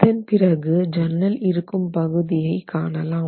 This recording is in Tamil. அதன்பிறகு ஜன்னல் இருக்கும் பகுதியை காணலாம்